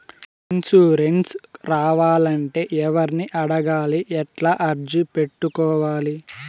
Insurance రావాలంటే ఎవర్ని అడగాలి? ఎట్లా అర్జీ పెట్టుకోవాలి?